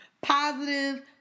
positive